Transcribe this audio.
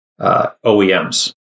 OEMs